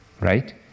right